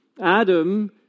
Adam